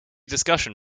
discussion